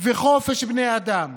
וחופש של בני אדם